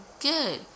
good